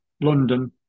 london